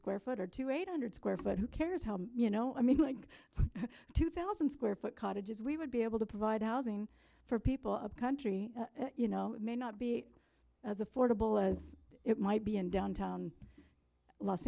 square foot or two eight hundred square foot who cares how you know i mean like two thousand square foot cottages we would be able to provide housing for people a country you know may not be as affordable as it might be in downtown los